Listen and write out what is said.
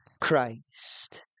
Christ